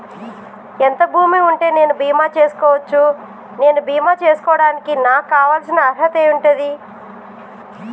ఎంత భూమి ఉంటే నేను బీమా చేసుకోవచ్చు? నేను బీమా చేసుకోవడానికి నాకు కావాల్సిన అర్హత ఏంటిది?